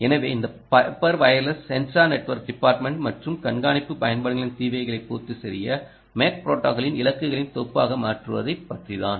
எனவே இந்த paper wireless sensor network deployment மற்றும் கண்காணிப்பு பயன்பாடுகளின் தேவைகளைப் பூர்த்தி செய்ய மேக் ப்ரோடோகாலின் இலக்குகளின் தொகுப்பாக மாற்றுவதைப் பற்றிதான்